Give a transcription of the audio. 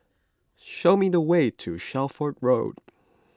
show me the way to Shelford Road